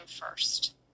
first